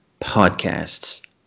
podcasts